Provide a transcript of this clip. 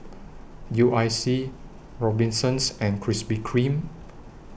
U I C Robinsons and Krispy Kreme